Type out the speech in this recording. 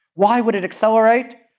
why would it accelerate?